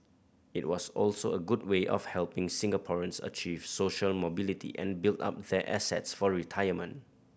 it was also a good way of helping Singaporeans achieve social mobility and build up their assets for retirement